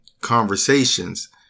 conversations